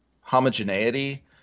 homogeneity